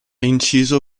inciso